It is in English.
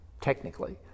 technically